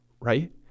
right